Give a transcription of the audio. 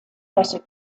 better